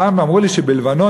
פעם אמרו לי שבלבנון,